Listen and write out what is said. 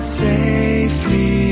safely